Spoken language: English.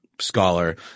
scholar